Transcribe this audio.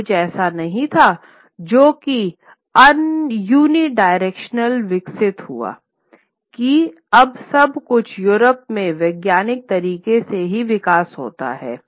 यह कुछ ऐसा नहीं था जो कि यूनिडायरेक्शनल विकसित हुआ कि अब सब कुछ यूरोप में वैज्ञानिक तरीकों से ही विकास होता है